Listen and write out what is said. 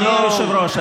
אדוני היושב-ראש,